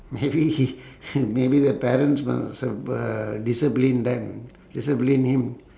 maybe he maybe the parents must have uh discipline them discipline him